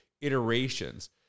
iterations